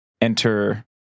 enter